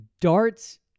darts